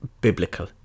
biblical